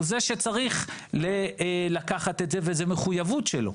הוא זה שצריך לקחת את זה וזאת מחויבות שלו.